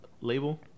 Label